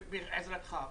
בעזרתך,